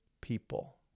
people